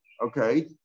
okay